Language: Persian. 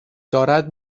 دارد